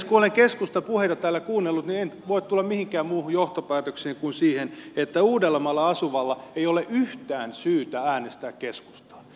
kun olen keskustan puheita täällä kuunnellut niin en voi tulla mihinkään muuhun johtopäätökseen kuin siihen että uudellamaalla asuvalla ei ole yhtään syytä äänestää keskustaa